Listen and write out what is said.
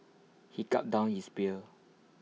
he gulped down his beer